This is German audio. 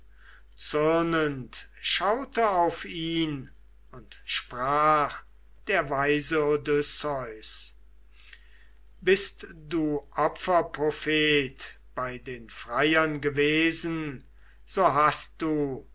zürnend schaute auf ihn und sprach der weise odysseus bist du opferprophet bei den freiern gewesen so hast du